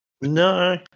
No